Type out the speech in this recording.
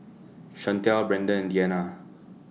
Shantell Brendon and Deanna